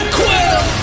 quill